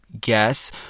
guess